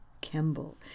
Kemble